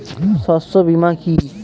শস্য বীমা কি?